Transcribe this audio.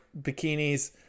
bikinis